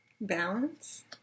Balance